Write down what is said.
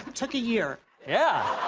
took a year. yeah.